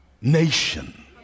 nation